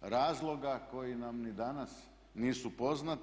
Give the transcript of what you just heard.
razloga koji nam ni danas nisu poznati.